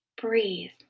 breathe